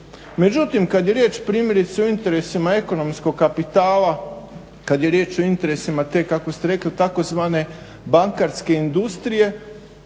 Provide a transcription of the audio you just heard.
Međutim kad je riječ primjerice o interesima ekonomskog kapitala, kad je riječ o interesima te kako ste rekli tzv. bankarske industrije,